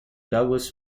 douglas